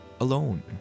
alone